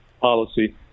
policy